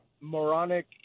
moronic